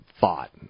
thought